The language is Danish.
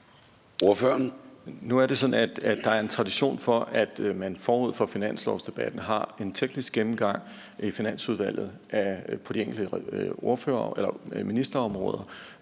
Nu er det sådan, at der er en tradition for, at man forud for finanslovsdebatten har en teknisk gennemgang i Finansudvalget på de enkelte ministerområder,